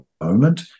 moment